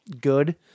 good